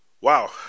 Wow